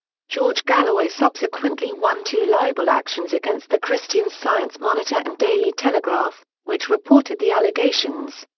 george galloway subsequently won two libel actions against the christian science monitor and daily telegraph, which reported the allegations.